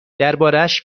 دربارهاش